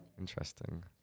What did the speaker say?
Interesting